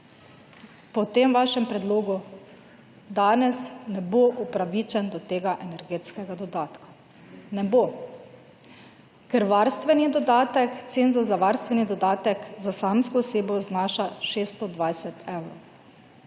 po tem vašem predlogu danes, ne bo upravičen do tega energetskega dodatka. Ne bo. Ker varstveni dodatek, cenzus za varstveni dodatek za samsko osebo, znaša 620 evrov.